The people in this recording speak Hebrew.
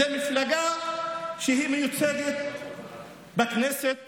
זו מפלגה שהיא מיוצגת בכנסת